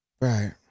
Right